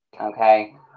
okay